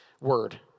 word